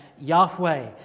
Yahweh